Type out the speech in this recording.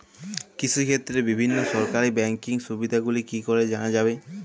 কৃষিক্ষেত্রে বিভিন্ন সরকারি ব্যকিং সুবিধাগুলি কি করে জানা যাবে?